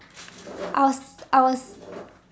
I was I was